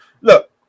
Look